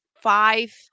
five